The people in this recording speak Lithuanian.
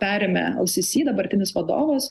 perėmė al sisi dabartinis vadovas